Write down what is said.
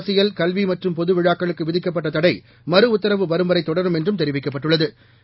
அரசியல் கல்விமற்றும்பொதுவிழாக்களுக்குவிதிக்கப்பட்டதடைமறு உத்தரவுவரும்வரைதொடரும்என்றும்தெரிவிக்கப்பட்டுள்ள து